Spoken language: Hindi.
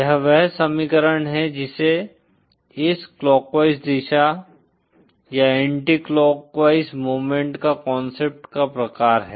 यह वह समीकरण है जिसे इस क्लाकवाइज दिशा या एंटीक्लाकवाइज मूवमेंट का कांसेप्ट का प्रकार है